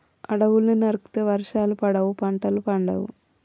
అడవుల్ని నరికితే వర్షాలు పడవు, పంటలు పండవు